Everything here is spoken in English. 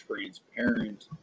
transparent